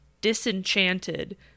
disenchanted